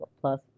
plus